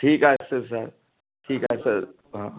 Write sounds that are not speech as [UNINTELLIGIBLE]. ठीक आहे [UNINTELLIGIBLE] ठीक आहे सर